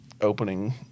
opening